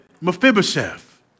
Mephibosheth